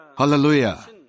Hallelujah